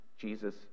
Jesus